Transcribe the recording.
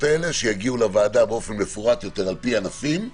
האלה שיגיעו לוועדה באופן מפורט יותר לפי ענפים,